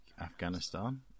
Afghanistan